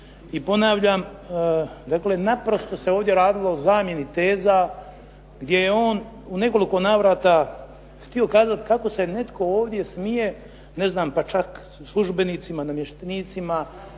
i ponavljam. Dakle, naprosto se ovdje radilo o zamjeni teza gdje je on u nekoliko navrata htio kazati kako se netko ovdje smije ne znam pa čak službenicima, namještenicima,